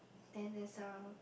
then it's a